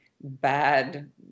bad